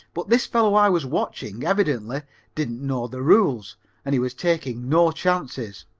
but this fellow i was watching evidently didn't know the rules and he was taking no chances.